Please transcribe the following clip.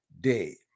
day